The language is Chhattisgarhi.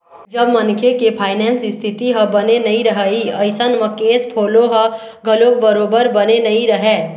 जब मनखे के फायनेंस इस्थिति ह बने नइ रइही अइसन म केस फोलो ह घलोक बरोबर बने नइ रहय